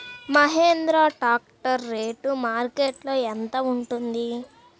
Mahindra tractor rate మార్కెట్లో యెంత ఉంటుంది?